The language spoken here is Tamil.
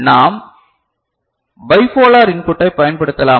நாம் பைபோலார் இன்புட்டை பயன்படுத்தலாமா